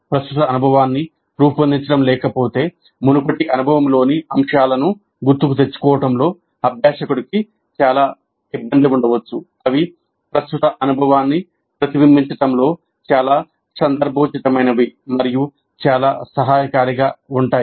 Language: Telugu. ప్రస్తుత అనుభవాన్ని రూపొందించడం లేకపోతే మునుపటి అనుభవంలోని అంశాలను గుర్తుకు తెచ్చుకోవడంలో అభ్యాసకుడికి చాలా ఇబ్బంది ఉండవచ్చు అవి ప్రస్తుత అనుభవాన్ని ప్రతిబింబించడంలో చాలా సందర్భోచితమైనవి మరియు చాలా సహాయకారిగా ఉంటాయి